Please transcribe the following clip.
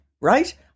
Right